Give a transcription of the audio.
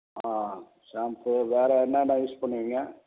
ஆ shampoo வேற என்னென்ன use பண்ணுவீங்கள்